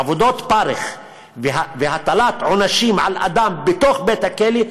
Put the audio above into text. עבודות פרך והטלת עונשים על אדם בתוך בית-הכלא,